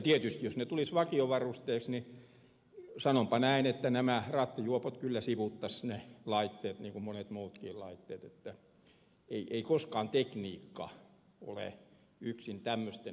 tietysti jos ne tulisivat vakiovarusteiksi niin sanonpa näin että nämä rattijuopot kyllä sivuuttaisivat ne laitteet niin kun monet muutkin laitteet että ei koskaan yksin tekniikka ole ratkaisu tämmöisiin ongelmiin